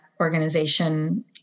organization